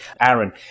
Aaron